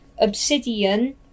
Obsidian